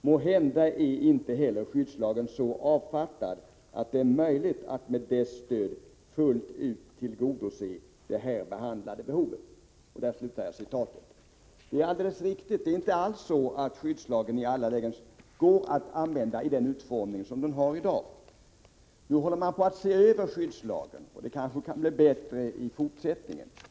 Måhända är inte heller skyddslagen så avfattad att det är möjligt att med dess stöd fullt ut tillgodose det här behandlade behovet.” Det är alldeles riktigt — det är inte alls så att skyddslagen i alla lägen går att använda, i den utformning som den har i dag. Nu håller man på att se över skyddslagen, och den blir kanske bättre i framtiden.